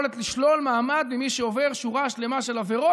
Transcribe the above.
יכולת לשלול מעמד ממי שעובר שורה שלמה של עבירות.